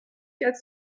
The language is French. quatre